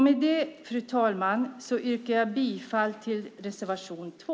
Med det yrkar jag bifall till reservation 2.